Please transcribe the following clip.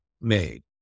made